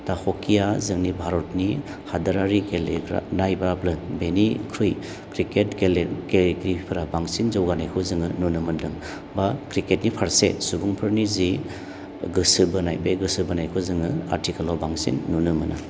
दा हकिया जोंनि भारतनि हादोरारि गेलेनाब्लाबो बेनिख्रुइ क्रिकेट गेलेगिरिफोरा बांसिन जौगानायखौ जों नुनो मोनदों बा क्रिकेटनि फारसे सुबुंफोरनि जि गोसो बोनाय बे गोसो बोनायखौ जोङो आथिखालाव बांसिन नुनो मोनो